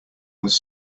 was